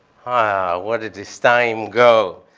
ah where did this time go?